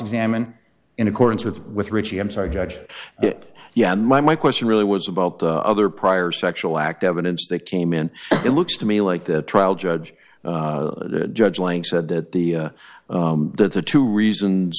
examine in accordance with with richie i'm sorry judge it yeah and my my question really was about the other prior sexual act evidence that came in it looks to me like the trial judge judge lang said that the that the two reasons